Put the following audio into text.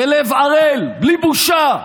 בלב ערל, בלי בושה.